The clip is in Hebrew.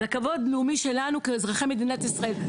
על הכבוד הלאומי שלנו כאזרחי מדינת ישראל.